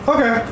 Okay